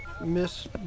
Miss